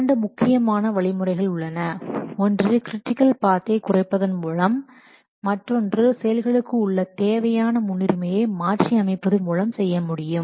இரண்டு முக்கியமான வழிமுறைகள் உள்ளன ஒன்று கிரிட்டிக்கல் பாத்தை குறைப்பதன் மூலம் மற்றொன்று செயல்களுக்கு உள்ள தேவையான முன்னுரிமையை மாற்றி அமைப்பது மூலம் செய்ய முடியும்